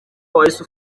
wahise